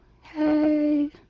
Hey